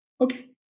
okay